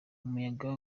umuyaga